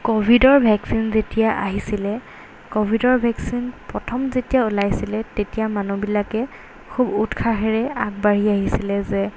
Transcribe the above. ক'ভিডৰ ভেকচিন যেতিয়া আহিছিলে ক'ভিডৰ ভেকচিন প্ৰথম যেতিয়া ওলাইছিলে তেতিয়া মানুহবিলাকে খুব উৎসাহেৰে আগবাঢ়ি আহিছিলে যে